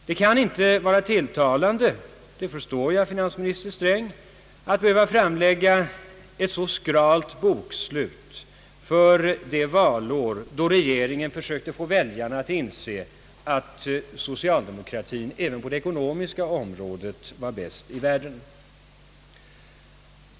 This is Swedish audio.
Det kan inte vara tilltalande, det förstår jag, finansminister Sträng, att behöva framlägga ett så skralt bokslut för förra året — det valår, då regeringen försökt få väljarna att inse att socialdemokratin även på den ekonomiska politikens område var bäst i världen.